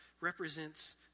represents